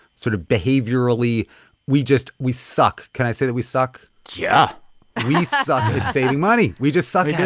sort of behaviorally we just we suck. can i say that we suck? yeah and we so suck and money. we just suck at it,